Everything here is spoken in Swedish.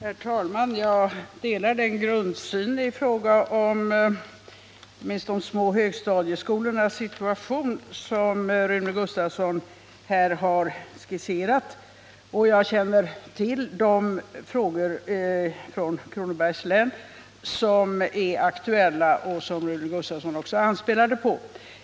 Herr talman! Jag delar den grundsyn i fråga om de små högstadieskolornas situation som Rune Gustavsson givit uttryck för. Jag känner till de fall i Kronobergs län som är aktuella och som Rune Gustavsson anspelar på.